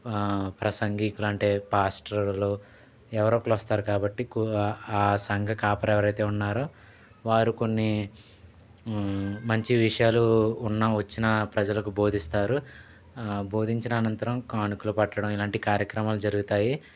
ప్రసంగికులు అంటే పాస్టర్లు ఎవరో ఒకళ్ళు వస్తారు కాబట్టి ఎక్కువ ఆ సంఘ కాపరి ఎవరైతే ఉన్నారో వారు కొన్ని మంచి విషయాలు ఉన్నా వచ్చిన ప్రజలకు బోధిస్తారు బోధించిన అనంతరం కానుకలు పట్టడం ఇలాంటి కార్యక్రమాలు జరుగుతాయి